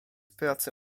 pracy